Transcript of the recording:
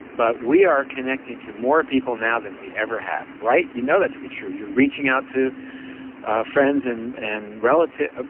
but we are connecting to more people now than we ever have. right? you know that to be true. you're reaching out to friends and and relatives, ah